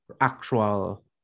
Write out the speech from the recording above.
actual